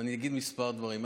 ואני אגיד כמה דברים.